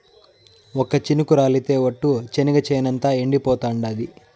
ఒక్క చినుకు రాలితె ఒట్టు, చెనిగ చేనంతా ఎండిపోతాండాది